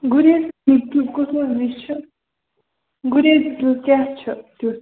گُریز کُس حظ رِچ چھُ گُریز کیاہ چھُ تیُتھ